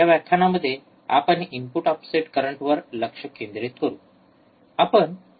या व्याख्यानामध्ये आपण इनपुट ऑफसेट करंटवर लक्ष केंद्रित करू